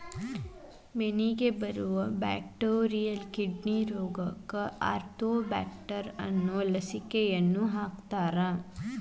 ಮೇನಿಗೆ ಬರು bacterial kidney ರೋಗಕ್ಕ ಆರ್ತೋಬ್ಯಾಕ್ಟರ್ ಅನ್ನು ಲಸಿಕೆ ಕಂಡಹಿಡದಾರ